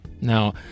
Now